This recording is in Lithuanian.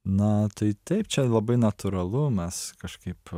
na tai taip čia labai natūralu mes kažkaip